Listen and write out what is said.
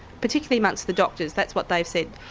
particularly amongst the doctors, that's what they've said.